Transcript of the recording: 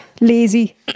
lazy